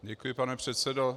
Děkuji, pane předsedo.